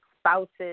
spouses